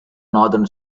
northern